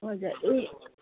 हजुर ए